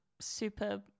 super